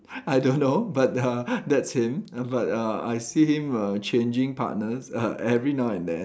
I don't know but uh that's him but uh I see him err changing partners err every now and then